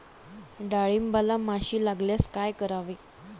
डाळींबाला माशी लागल्यास काय करावे?